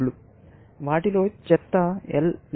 వాటిలో చెత్త L లేదా